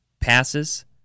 passes